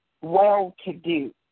well-to-do